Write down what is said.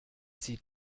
sieht